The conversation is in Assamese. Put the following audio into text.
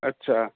আচ্ছা